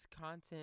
content